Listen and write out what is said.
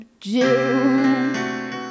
June